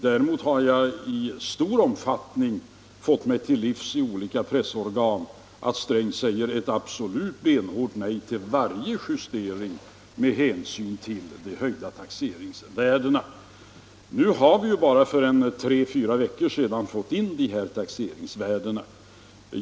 Däremot har jag i stor omfattning fått mig till livs, i olika pressorgan, att Sträng säger ett absolut benhårt nej till varje justering med hänsyn till de höjda taxeringsvärdena. Nu har vi ju för bara tre fyra veckor sedan fått dessa taxeringsvärden.